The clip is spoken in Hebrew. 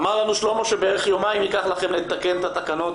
אמר לנו שלמה שבערך יומיים ייקח לכם לתקן את התקנות